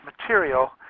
material